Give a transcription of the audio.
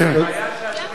אור-כשדים.